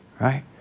Right